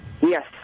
Yes